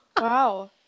Wow